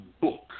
book